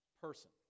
person